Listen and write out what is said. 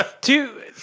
Two